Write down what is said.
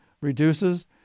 reduces